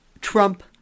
Trump